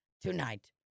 tonight